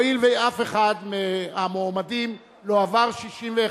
הואיל ואף אחד מהמועמדים לא עבר 61,